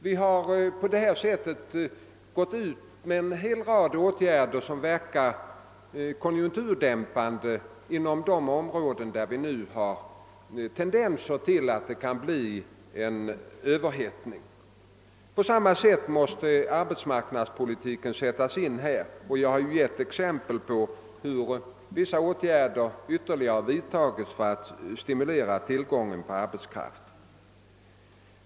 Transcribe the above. Vi har alltså vidtagit en rad åtgärder som verkar konjunkturdämpande på de områden där det nu finns tendenser till överhettning. Jag har här givit några exempel på åtgärder som vidtagits för att stimulera tillgången på arbetskraft.